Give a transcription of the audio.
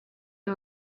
iyo